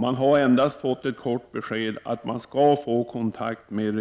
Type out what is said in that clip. De har endast fått ett kort besked att de skall få kontakt med